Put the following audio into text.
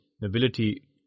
nobility